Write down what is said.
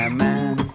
man